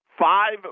five